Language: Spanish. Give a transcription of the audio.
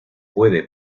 puede